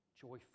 joyful